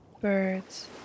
birds